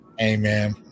Amen